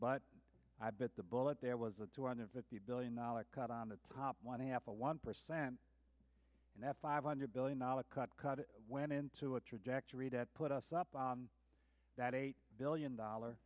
but i bit the bullet there was a two hundred fifty billion dollars cut on the top one half of one percent and that five hundred billion dollars cut cut it went into a trajectory that put us up on that eight billion dollar